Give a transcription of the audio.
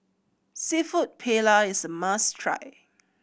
Seafood Paella is a must try